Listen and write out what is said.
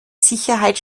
sicherheit